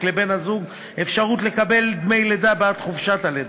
לבן-הזוג אפשרות לקבל דמי לידה בעד חופשת הלידה,